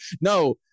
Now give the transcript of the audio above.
No